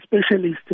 specialist